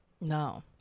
No